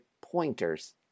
pointers